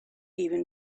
even